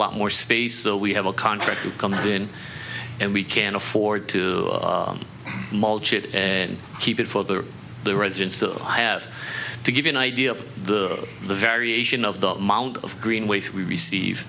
lot more space so we have a contract to come in and we can afford to mulch it and keep it for the the residents who have to give you an idea of the variation of the amount of green waste we receive